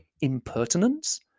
impertinence